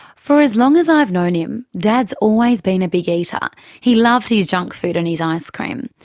for as long as i've known him, dad's always been a big eater he loved his junk food and his ice cream.